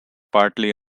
partly